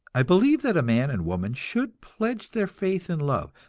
i believe that a man and woman should pledge their faith in love,